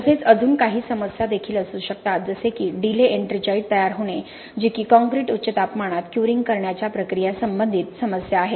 तसेच अजून काही समस्या देखील असू शकतात जसे की डिले एट्रिंजाइट तयार होणे जी की काँक्रीट उच्च तापमानात क्युरिंग करण्याच्या प्रक्रिया संबंधित समस्या आहे